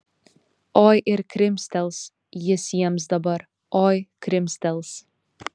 oi ir krimstels jis jiems dabar oi krimstels